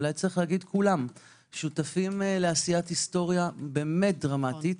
אולי כולם, ששותפים לעשיית היסטוריה באמת דרמטית.